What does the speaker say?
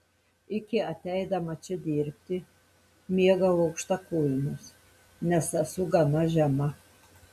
iki ateidama čia dirbti mėgau aukštakulnius nes esu gana žema